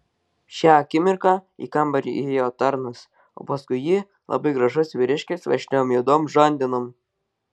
šią akimirką į kambarį įėjo tarnas o paskui jį labai gražus vyriškis vešliom juodom žandenom